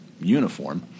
uniform